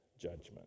judgment